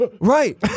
Right